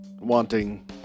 wanting